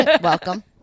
Welcome